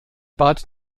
bat